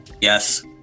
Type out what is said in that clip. Yes